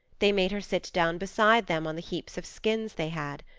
they made her sit down beside them on the heaps of skins they had.